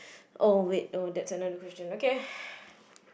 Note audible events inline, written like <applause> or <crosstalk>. oh wait no that's another question okay <breath>